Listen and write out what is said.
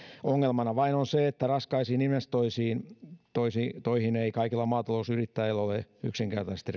ongelmana vain on se että raskaisiin investointeihin ei kaikilla maatalousyrittäjillä ole yksinkertaisesti